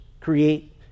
create